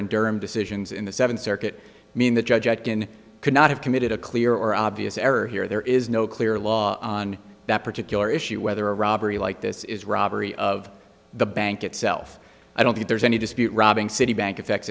in durham decisions in the seventh circuit mean the judge act in could not have committed a clear or obvious error here there is no clear law on that particular issue whether a robbery like this is robbery of the bank itself i don't think there's any dispute robbing citibank affects